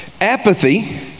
apathy